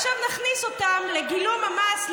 עכשיו נכניס אותן לגילום המס,